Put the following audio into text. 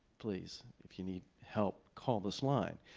please, if you need help, call this line.